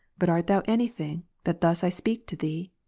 but art thou any thing, that thus i speak to thee?